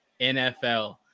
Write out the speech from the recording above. nfl